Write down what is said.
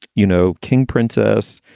you know, king, princess,